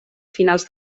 finals